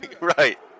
right